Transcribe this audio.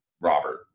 Robert